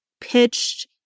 pitched